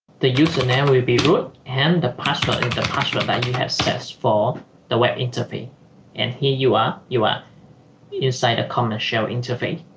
the username will be root and the password the password then you have says for the web interface and here you are you are you sign a comment show intervie